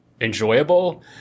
enjoyable